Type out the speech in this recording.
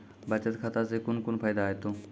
बचत खाता सऽ कून कून फायदा हेतु?